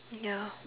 ya